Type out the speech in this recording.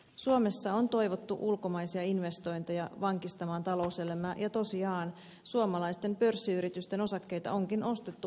suomessa on toivottu ulkomaisia investointeja vankistamaan talouselämää ja tosiaan suomalaisten pörssiyritysten osakkeita onkin ostettu ulkomaille